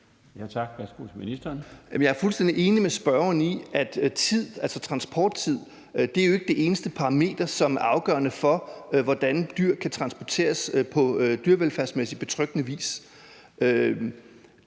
Jeg er fuldstændig enig med spørgeren i, at transporttid jo ikke er det eneste parameter, som er afgørende for, hvordan dyr kan transporteres på dyrevelfærdsmæssig betryggende vis.